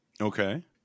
Okay